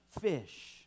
fish